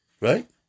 right